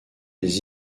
des